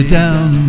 down